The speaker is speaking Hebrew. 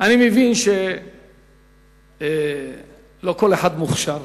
אני מבין שלא כל אחד מוכשר,